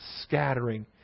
scattering